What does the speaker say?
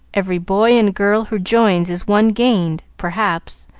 every boy and girl who joins is one gained, perhaps,